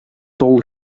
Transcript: tol